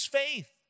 faith